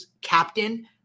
captain